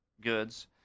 goods